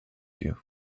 you